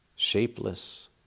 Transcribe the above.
shapeless